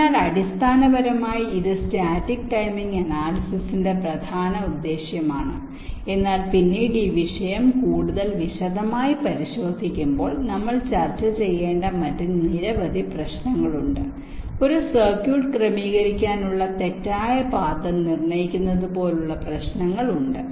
അതിനാൽ അടിസ്ഥാനപരമായി ഇത് സ്റ്റാറ്റിക് ടൈമിംഗ് അനാലിസിസിന്റെ പ്രധാന ഉദ്ദേശ്യമാണ് എന്നാൽ പിന്നീട് ഈ വിഷയം കൂടുതൽ വിശദമായി പരിശോധിക്കുമ്പോൾ നമ്മൾ ചർച്ച ചെയ്യേണ്ട മറ്റ് നിരവധി പ്രശ്നങ്ങളുണ്ട് ഒരു സർക്യൂട്ട് ക്രമീകരിക്കാനുള്ള തെറ്റായ പാത നിർണ്ണയിക്കുന്നത് പോലുള്ള പ്രശ്നങ്ങൾ ഉണ്ട്